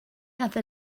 other